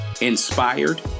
Inspired